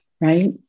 right